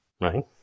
right